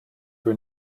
were